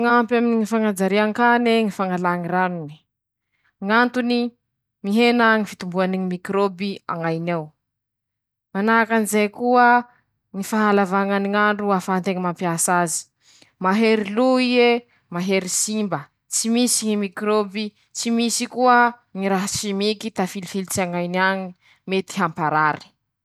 Ñy fomba hataoko mba hampihenako ñy fihinanan-tsira aminy ñy sakafoko, mifily aho sakafo voajañahare ro tsy misy fangarony maro, ahenako ñy fihinanako sakafo vita aminy ñy famboara mahere, manahak'anizay ñy fampiasako ñy raha mitiry aminy ñy tongolo.